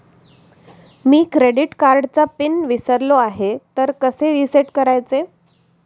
मी credit कार्डचा pin विसरलो आहे तर कसे रीसेट करायचे?